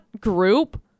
group